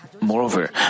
Moreover